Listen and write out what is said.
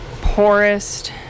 poorest